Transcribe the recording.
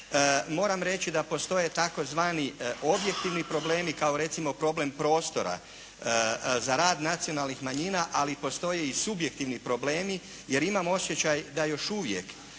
moram reći da postoje tzv. objektivni problemi kao recimo problem prostora za rad nacionalnih manjina ali postoje i subjektivni problemi, jer imam osjećaj da još uvijek